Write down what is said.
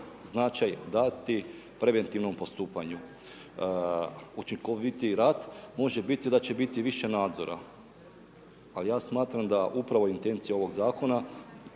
značaj dati preventivnom postupanju. Učinkovitiji rad može biti da će biti više nadzora ali ja smatram da upravo intencija ovog zakona